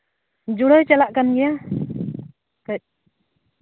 ᱡᱩᱲᱟ ᱭ ᱪᱟᱞᱟᱜ ᱠᱟᱱ ᱜᱮᱭᱟ ᱠᱟᱹᱡ